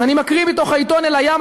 אז אני מקריא מתוך העיתון "אל-איאם",